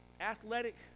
athletic